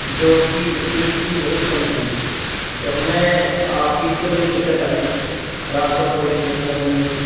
جو اس کی اسپیڈ تھی بہت کم تھی تو ہمیں آپ کی اس سے بڑی دقت آئی راستے میں بڑی پریشانی ہوئی